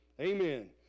Amen